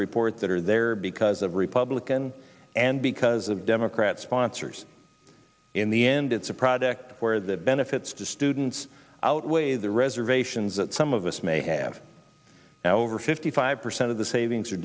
report that are there because of republican and because of democrats sponsors in the end it's a project where the benefits to students outweigh the reservations that some of us may have now over fifty five percent of the savings are